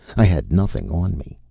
i had nothing on me.